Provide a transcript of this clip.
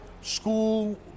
school